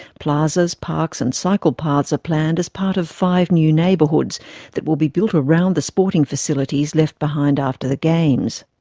plazas, parks and cycle paths are planned as part of five new neighbourhoods that will be built around the sporting facilities left behind after the games.